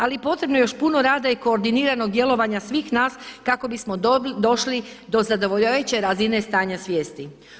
Ali potrebno je još puno rada i koordiniranog djelovanja svih nas kako bismo došli do zadovoljavajuće razine stanja svijesti.